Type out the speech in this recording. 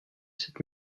cette